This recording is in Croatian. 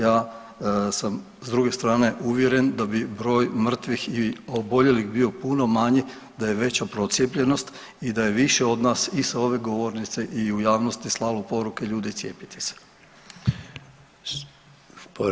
Ja sam s druge strane uvjeren da bi broj mrtvih i oboljelih bio puno manji, da je veća procijepljenost i da je više od nas i sa ove govornice i u javnosti slalo poruke ljudi cijepite se!